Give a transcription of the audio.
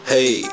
Hey